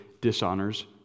dishonors